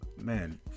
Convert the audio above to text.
man